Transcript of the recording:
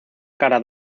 cara